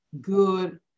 good